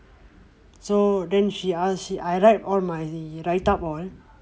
so then she ask I write all my writeup all